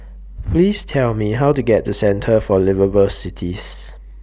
Please Tell Me How to get to Centre For Liveable Cities